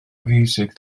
fiwsig